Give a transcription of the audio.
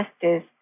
justice